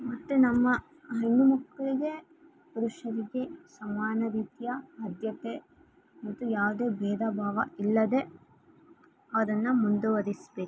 ಮತ್ತು ನಮ್ಮ ಹೆಣ್ಣು ಮಕ್ಕಳಿಗೆ ಪುರುಷ ವಿದ್ಯೆ ಸಮಾನ ವಿದ್ಯಾ ಆದ್ಯತೆ ಮತ್ತು ಯಾವುದೇ ಭೇದ ಭಾವ ಇಲ್ಲದೇ ಅವರನ್ನ ಮುಂದುವರಿಸಬೇಕು